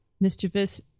Mischievous